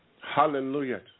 Hallelujah